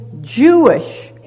Jewish